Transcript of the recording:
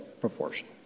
proportion